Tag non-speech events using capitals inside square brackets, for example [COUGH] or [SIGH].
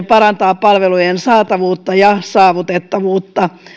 [UNINTELLIGIBLE] parantaa palvelujen saatavuutta ja saavutettavuutta minä